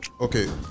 Okay